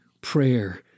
prayer